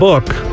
book